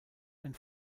ein